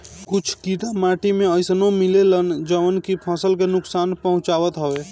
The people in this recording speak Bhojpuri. कुछ कीड़ा माटी में अइसनो मिलेलन जवन की फसल के नुकसान पहुँचावत हवे